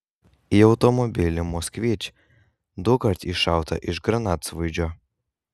į automobilį moskvič dukart iššauta iš granatsvaidžio